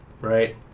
right